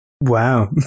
Wow